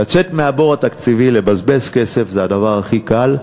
לצאת מהבור התקציבי, לבזבז כסף, זה הדבר הכי קל.